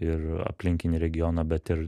ir aplinkinį regioną bet ir